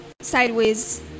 sideways